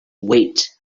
wait